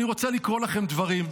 אני רוצה לקרוא לכם דברים,